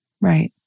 Right